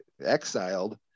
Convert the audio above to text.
exiled